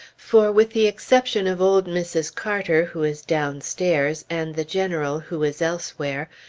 for with the exception of old mrs. carter, who is downstairs, and the general, who is elsewhere,